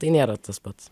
tai nėra tas pats